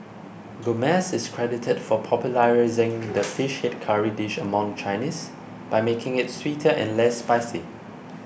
Gomez is credited for popularising the fish head curry dish among Chinese by making it sweeter and less spicy